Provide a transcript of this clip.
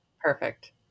Perfect